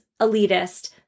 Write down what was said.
elitist